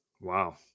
wow